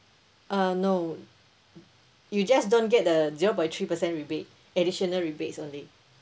uh no you just don't get the zero point three percent rebate additional rebates only